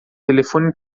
telefone